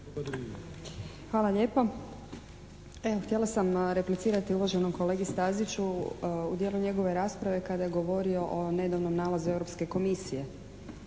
Hvala lijepo. Htjela sam replicirati uvaženom kolegi Staziću u dijelu njegove rasprave kada je govorio o nedavnom nalazu Europske komisije.